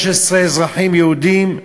15 אזרחים יהודים,